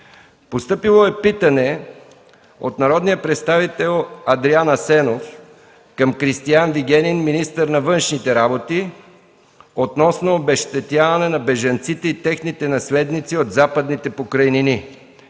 юни 2013 г. от: - народния представител Адриан Асенов към Кристиан Вигенин – министър на външните работи, относно обезщетяване на бежанците и техните наследници от Западните покрайнини.